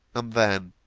and then,